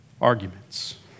arguments